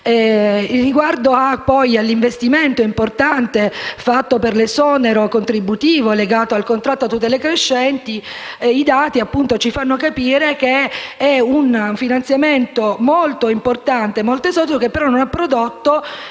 Riguardo all'investimento importante fatto per l'esonero contributivo collegato al contratto a tutele crescenti, i dati ci fanno capire che è un finanziamento molto importante ed esoso che, però, non ha prodotto